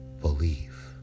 believe